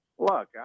Look